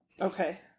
Okay